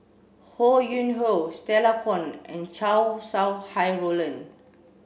Ho Yuen Hoe Stella Kon and Chow Sau Hai Roland